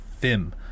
Fim